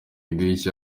idirishya